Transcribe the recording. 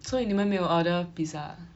所以你们没有 order pizza ah